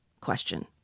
question